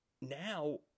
now